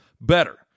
better